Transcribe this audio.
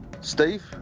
Steve